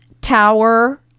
Tower